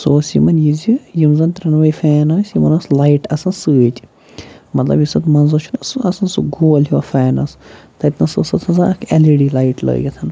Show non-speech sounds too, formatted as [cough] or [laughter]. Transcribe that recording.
سُہ اوس یِمَن یہِ زِ یِم زَن ترٛٮ۪نوَے فین ٲسۍ یِمَن ٲس لایِٹ آسان سۭتۍ مطلب یُس اَتھ منٛزس چھُنہ سُہ آسان سُہ گول ہیوٗ فینَس تَتِنَس اوس [unintelligible] آسان اَکھ اٮ۪ل ای ڈی لایِٹ لٲگِتھ